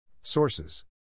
Sources